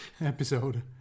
episode